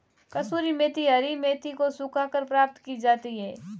कसूरी मेथी हरी मेथी को सुखाकर प्राप्त की जाती है